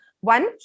One